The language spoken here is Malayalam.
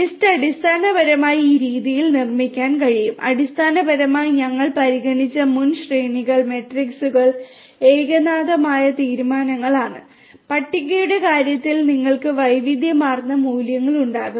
ലിസ്റ്റ് അടിസ്ഥാനപരമായി ഈ രീതിയിൽ നിർമ്മിക്കാൻ കഴിയും അടിസ്ഥാനപരമായി ഞങ്ങൾ പരിഗണിച്ച മുൻ ശ്രേണികൾ മെട്രിക്സുകൾ ഏകതാനമായ തരമാണ് പട്ടികയുടെ കാര്യത്തിൽ നിങ്ങൾക്ക് വൈവിധ്യമാർന്ന മൂല്യങ്ങൾ ഉണ്ടാകും